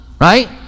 right